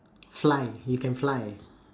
fly you can fly